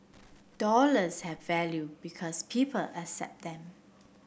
dollars have value because people accept them